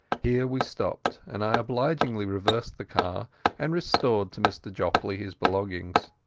here we stopped, and i obligingly reversed the car and restored to mr jopley his belongings.